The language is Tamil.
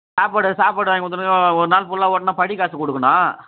சாப்பாடு சாப்பாடு வாங்கிக் கொடுத்துடுங்க ஒருநாள் ஃபுல்லாக ஓட்டினா படிக்காசு கொடுக்கணும்